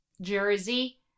Jersey